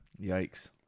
Yikes